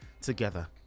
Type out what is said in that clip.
together